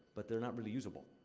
but they're not really usable.